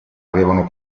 avevano